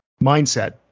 mindset